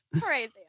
crazy